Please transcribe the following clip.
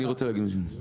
אני רוצה להגיד משהו.